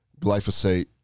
glyphosate